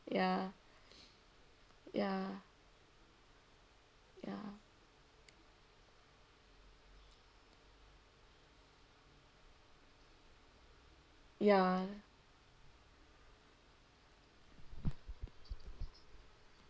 ya ya ya ya